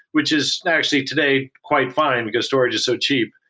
which is actually today quite fine, because storage is so cheap,